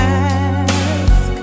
ask